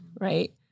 right